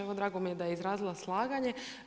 Evo drago mi je da je izrazila slaganje.